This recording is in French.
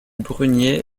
brunei